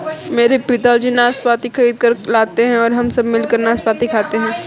मेरे पिताजी नाशपाती खरीद कर लाते हैं हम सब मिलकर नाशपाती खाते हैं